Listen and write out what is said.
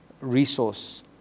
Resource